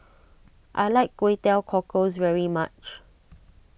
I like Kway Teow Cockles very much